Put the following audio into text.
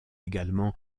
également